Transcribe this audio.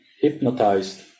hypnotized